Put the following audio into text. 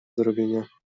zrobienia